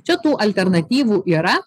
čia tų alternatyvų yra